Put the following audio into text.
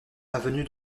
avenue